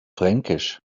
fränkisch